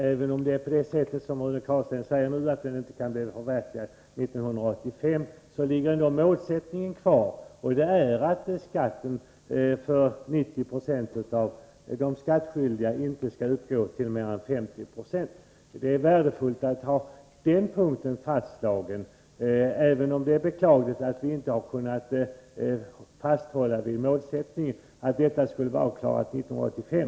Även om det är på det sätt som Rune Carlstein säger att reformen inte kan förverkligas till 1985, finns ändå målsättningen kvar, nämligen att marginalskatten för 90 76 av de skattskyldiga inte skall uppgå till mer än 50 96. Det är värdefullt att ha den saken fastslagen, trots att vi beklagligtvis inte har kunnat hålla fast vid målsättningen att reformen skulle vara genomförd 1985.